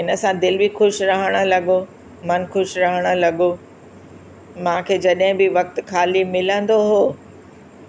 इन सां दिलि बि ख़ुशि रहणु लॻो मन ख़ुशि रहण लॻो मां खे जॾहिं बि वक़्ति खाली मिलंदो हुओ